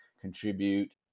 contribute